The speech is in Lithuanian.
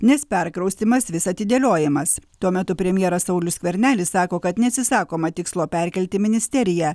nes perkraustymas vis atidėliojamas tuo metu premjeras saulius skvernelis sako kad neatsisakoma tikslo perkelti ministeriją